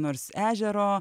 nors ežero